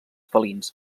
felins